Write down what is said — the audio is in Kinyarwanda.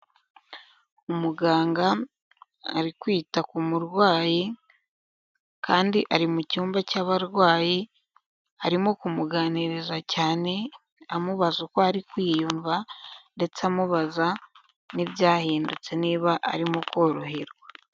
Umuganga ari kwita ku murwayi, kandi ari mu cyumba cy'abarwayi arimo kumuganiriza cyane, amubaza uko ari kwiyumva, ndetse amubaza n'ibyahindutse niba arimo koroherwa.